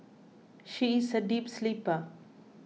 she is a deep sleeper